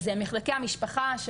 אז מחלקי המשפחה,